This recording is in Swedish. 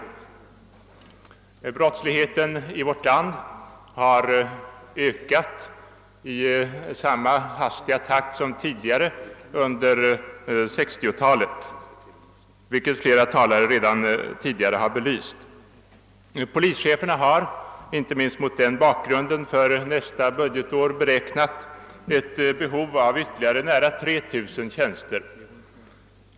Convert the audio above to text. Brottsligheten i Sverige har ökat i samma hastiga takt som tidigare under 1960-talet, vilket redan belysts av flera talare. Inte minst mot den bakgrunden har polischeferna för nästa budgetår räknat med ett ytterligare behov av nära 3 000 tjänster.